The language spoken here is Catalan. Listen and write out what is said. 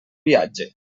viatge